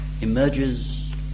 emerges